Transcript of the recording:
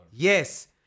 Yes